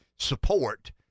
support